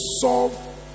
solve